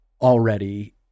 already